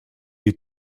you